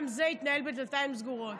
גם זה יתנהל בדלתיים סגורות.